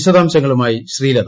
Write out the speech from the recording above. വിശദാംശങ്ങളുമായി ശ്രീലത